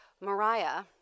Mariah